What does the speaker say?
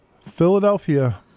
Philadelphia